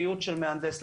בייעוץ של מהנדס לדעתנו.